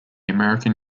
american